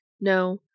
No